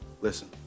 Listen